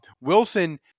Wilson